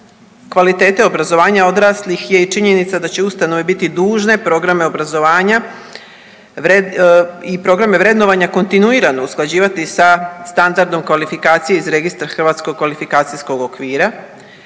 kvalitete obrazovanja odraslih je i činjenica da će ustanove biti dužne programe obrazovanja i programe vrednovanja kontinuirano usklađivati sa standardom kvalifikacije iz Registra Hrvatskog kvalifikacijskog okvira